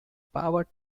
power